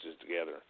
together